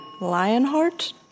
Lionheart